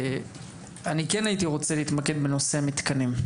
אני כן הייתי רוצה להתמקד בנושא המתקנים,